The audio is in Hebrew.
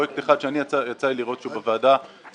פרויקט אחד שאני יצא לי לראות בוועדה זה